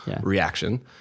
reaction